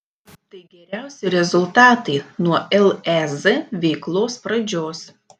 tai geriausi rezultatai nuo lez veiklos pradžios